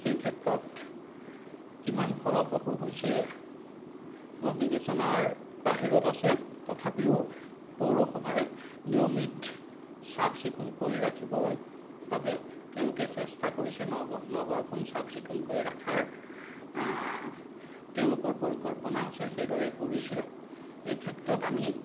সেই ক্ষেত্ৰত কিমান ফলপ্ৰসূ হৈছে মই বিবেচনাৰ বাহিৰত আছে তথাপিও পৌৰসভাই নিয়মিত চাফ চিকুণ কৰি ৰাখিবৰ বাবে তেওঁলোকে চেষ্টা কৰিছে নগ নগৰখন চাফ চিকুণ কৰি ৰাখাৰ তেওঁলোকৰ পৰিকল্পনা আছে সেইদৰে কৰিছে এই ক্ষেত্ৰত আমি